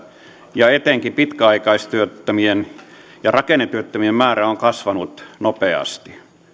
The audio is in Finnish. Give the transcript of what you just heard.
ja etenkin pitkäaikaistyöttömien ja rakennetyöttömien määrä on kasvanut nopeasti